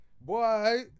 boy